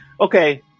Okay